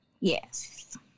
yes